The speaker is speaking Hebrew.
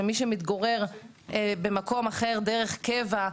שמי שמתגורר במקום אחר דרך קבע,